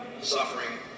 suffering